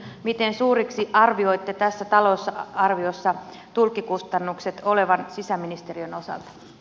miten suuriksi arvioitte tässä talousarviossa tulkkikustannukset sisäministeriön osalta